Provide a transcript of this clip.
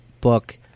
book